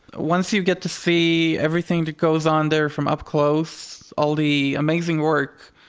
once you get to see everything that goes on there from up close, all the amazing work